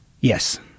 Yes